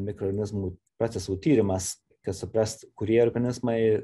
mikronizmų procesų tyrimas kad suprast kurie organizmai